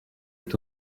est